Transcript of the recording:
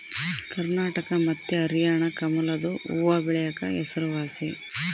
ಕರ್ನಾಟಕ ಮತ್ತೆ ಹರ್ಯಾಣ ಕಮಲದು ಹೂವ್ವಬೆಳೆಕ ಹೆಸರುವಾಸಿ